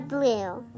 Blue